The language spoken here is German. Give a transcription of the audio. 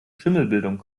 schimmelbildung